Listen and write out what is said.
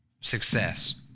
success